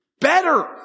better